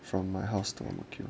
from my house to ang mo kio